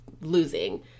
losing